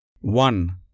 One